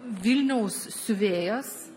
vilniaus siuvėjas